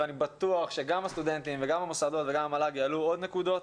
ואני בטוח שגם הסטודנטים וגם המוסדות וגם המל"ג יעלו עוד נקודות,